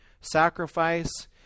sacrifice